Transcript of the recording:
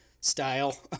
style